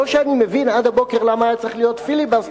לא שאני מבין עד הבוקר למה היה צריך להיות פיליבסטר,